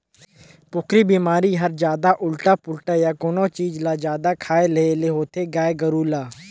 पोकरी बेमारी हर जादा उल्टा पुल्टा य कोनो चीज ल जादा खाए लेहे ले होथे गाय गोरु ल